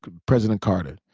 president carter.